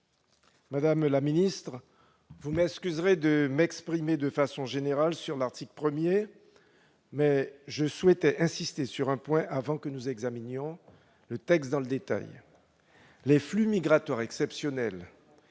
Karam, sur l'article. Vous m'excuserez de prendre la parole sur l'article, mais je souhaitais insister sur un point avant que nous n'examinions le texte dans le détail. Les flux migratoires exceptionnels